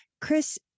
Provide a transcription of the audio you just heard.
Chris